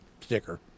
sticker